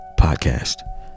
podcast